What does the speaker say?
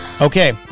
Okay